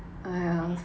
!aiya!